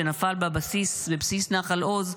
שנפל בבסיס נחל עוז,